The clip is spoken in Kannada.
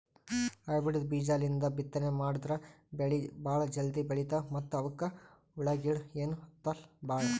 ಹೈಬ್ರಿಡ್ ಬೀಜಾಲಿಂದ ಬಿತ್ತನೆ ಮಾಡದ್ರ್ ಬೆಳಿ ಭಾಳ್ ಜಲ್ದಿ ಬೆಳೀತಾವ ಮತ್ತ್ ಅವಕ್ಕ್ ಹುಳಗಿಳ ಏನೂ ಹತ್ತಲ್ ಭಾಳ್